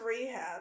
rehab